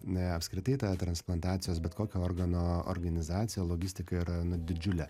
na apskritai ta transplantacijos bet kokio organo organizacija logistika yra didžiulė